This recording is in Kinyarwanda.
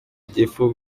gifu